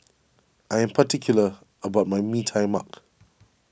I am particular about my Mee Tai Mak